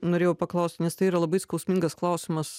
norėjau paklausti nes tai yra labai skausmingas klausimas